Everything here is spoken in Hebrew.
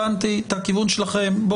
הבנתי את הכיוון שלכם.